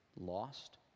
lost